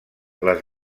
les